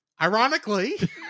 ironically